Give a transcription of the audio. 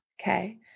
okay